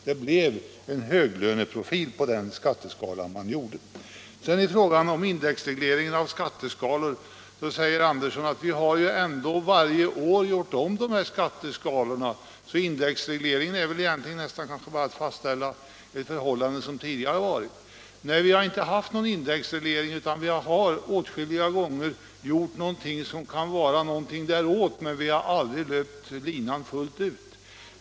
Det blev en höglöneprofil på den skatteskala man gjorde. I fråga om indexregleringen av skatteskalor säger herr Andersson i Knäred att vi har ändå varje år gjort om skatteskalorna. Därför är indexregleringen egentligen bara att man fastställer en ordning som tilllämpats redan tidigare. Nej, vi har inte haft någon indexreglering. Vi har åtskilliga gånger gjort någonting som kan vara något däråt, men vi har aldrig löpt linan fullt ut.